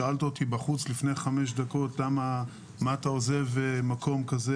שאלת אותי בחוץ לפני 5 דקות: מה אתה עוזב מקום כזה,